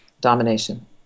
domination